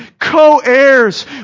Co-heirs